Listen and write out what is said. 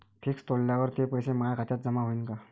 Fix तोडल्यावर ते पैसे माया खात्यात जमा होईनं का?